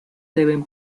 deben